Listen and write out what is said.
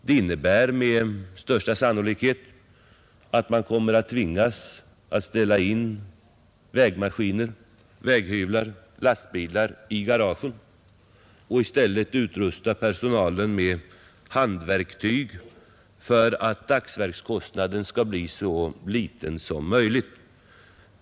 Det innebär med största sannolikhet att man kommer att tvingas ställa in vägmaskiner, väghyvlar och lastbilar i garagen och i stället utrusta personalen med handverktyg för att dagsverkskostnaden skall bli så liten som möjligt.